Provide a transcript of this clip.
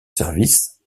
service